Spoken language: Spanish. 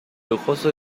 lujoso